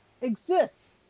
exist